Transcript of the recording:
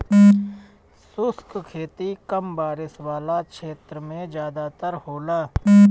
शुष्क खेती कम बारिश वाला क्षेत्र में ज़्यादातर होला